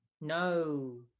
No